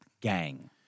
gang